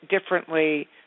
differently